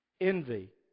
Envy